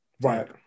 right